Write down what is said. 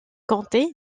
comté